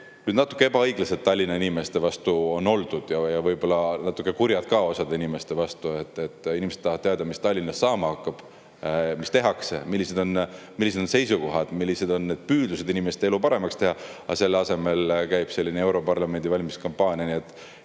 Natuke ebaõiglased Tallinna inimeste vastu on oldud ja võib-olla natuke kurjad osade inimeste vastu. Inimesed tahavad teada, mis Tallinnas saama hakkab, mis tehakse, millised on seisukohad, millised on püüdlused inimeste elu paremaks teha, aga selle asemel käib europarlamendi valimise kampaania.